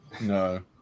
No